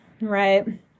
right